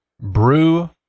brew